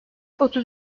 otuz